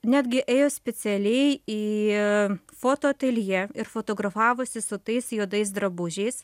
netgi ėjo specialiai į fotoateljė ir fotografavosi su tais juodais drabužiais